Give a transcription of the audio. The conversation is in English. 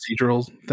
procedurals